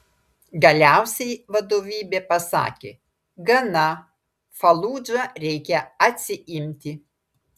galiausiai vadovybė pasakė gana faludžą reikia atsiimti